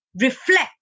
reflect